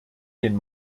den